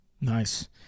Nice